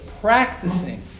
practicing